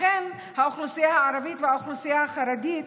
אכן האוכלוסייה הערבית והאוכלוסייה החרדית